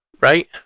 right